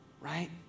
right